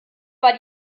war